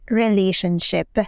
relationship